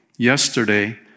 Yesterday